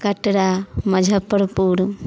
Katra Muzaffarpur